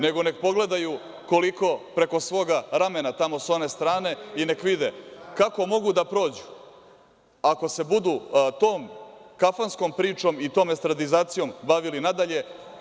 Nego, nek pogledaju koliko preko svog ramena, tamo s one strane, i nek vide kako mogu da prođu ako se budu tom kafanskom pričom i tom estradizacijom bavili nadalje.